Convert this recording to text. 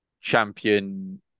champion